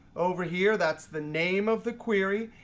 over here, that's the name of the query,